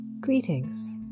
Greetings